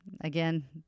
Again